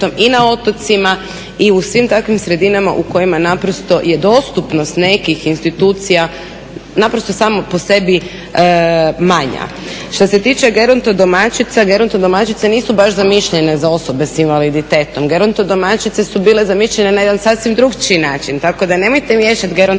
i na otocima i u svim takvim sredinama u kojima naprosto je dostupnost nekih institucija naprosto sama po sebi manja. Što se tiče gerontodomaćica, gerontodomaćice nisu baš zamišljene za osobe s invaliditetom. Gerontodomaćice su bile zamišljene na jedan sasvim drukčiji način. Tako da nemojte miješati gerontodomaćice